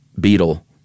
beetle